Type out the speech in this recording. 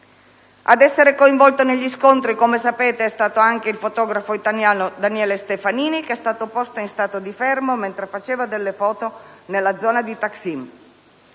A essere coinvolto negli scontri, come sapete, è stato anche il fotografo italiano Daniele Stefanini, che è stato posto in stato di fermo mentre faceva delle foto nella zona di piazza